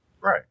Right